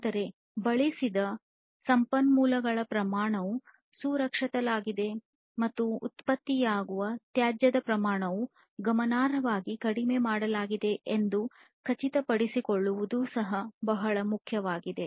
ಆದರೆ ಬಳಸಿದ ಸಂಪನ್ಮೂಲಗಳ ಪ್ರಮಾಣವು ಸಂರಕ್ಷಿಸಲಾಗಿದೆ ಮತ್ತು ಉತ್ಪತ್ತಿಯಾಗುವ ತ್ಯಾಜ್ಯದ ಪ್ರಮಾಣವನ್ನು ಗಮನಾರ್ಹವಾಗಿ ಕಡಿಮೆ ಮಾಡಲಾಗಿದೆ ಎಂದು ಖಚಿತಪಡಿಸಿಕೊಳ್ಳುವುದು ಸಹ ಬಹಳ ಮುಖ್ಯಲಾಗಿದೆ